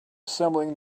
assembling